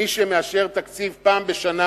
מי שמאשר תקציב פעם בשנה,